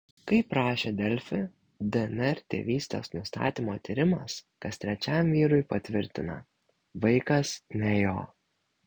kaip rašė delfi dnr tėvystės nustatymo tyrimas kas trečiam vyrui patvirtina vaikas ne jo